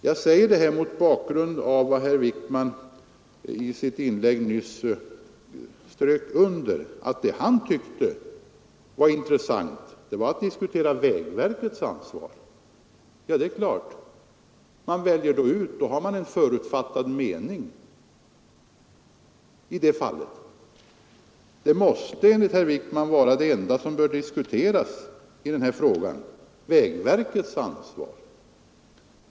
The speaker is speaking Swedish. Jag säger det här mot bakgrund av vad herr Wijkman i sitt inlägg nyss strök under: att det han tyckte var intressant var att diskutera vägverkets ansvar. Resonerar man så har man en förutfattad mening! Enligt herr Wijkman är det enda som bör diskuteras i den här frågan vägverkets ansvar.